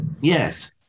Yes